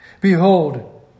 Behold